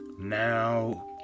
Now